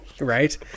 Right